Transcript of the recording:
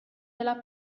della